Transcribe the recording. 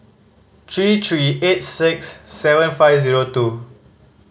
three three eight six seven five zero two